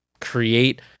create